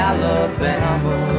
Alabama